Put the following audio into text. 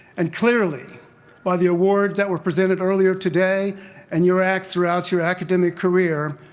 and clearly by the awards that were presented earlier today and your act throughout your academic career,